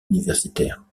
universitaires